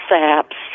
saps